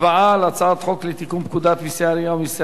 הצבעה על הצעת חוק לתיקון פקודת מסי העירייה ומסי